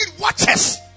watches